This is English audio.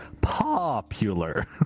popular